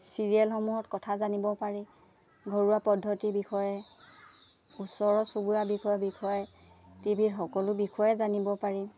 চিৰিয়েলসমূহত কথা জানিব পাৰি ঘৰুৱা পদ্ধতিৰ বিষয়ে ওচৰৰ চুবুৰীয়া বিষয়ৰ বিষয়ে টি ভিত সকলো বিষয়ে জানিব পাৰি